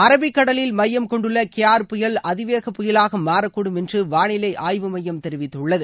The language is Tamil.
அரபிக்கடலில் மையம் கொண்டுள்ள கியார் புயல் அதிவேக புயலாக மாறக்கூடும் என்று வானிலை ஆய்வு மையம் தெரிவித்துள்ளது